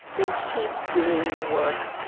they keep doing the work.